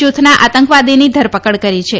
જૂથના આતંકવાદીની ધરપકડ કરી છે